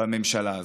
בממשלה הזאת.